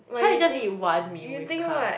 should I just eat one Mee with carbs